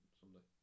someday